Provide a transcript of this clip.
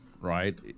right